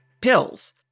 pills